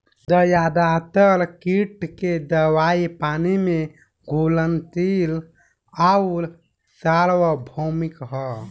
ज्यादातर कीट के दवाई पानी में घुलनशील आउर सार्वभौमिक ह?